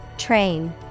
Train